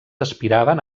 aspiraven